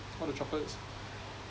all the chocolates